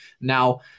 Now